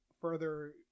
further